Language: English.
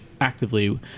actively